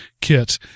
Kit